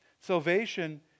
Salvation